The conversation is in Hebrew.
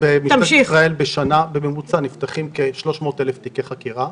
במשטרת ישראל בשנה נפתחים בממוצע כ-300,000 תיקי חקירה.